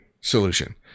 solution